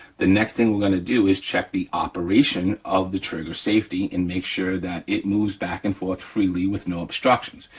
the next thing we're gonna do is check the operation of the trigger safety and make sure that it moves back and forth freely with no obstructions.